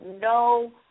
no